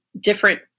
different